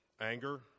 anger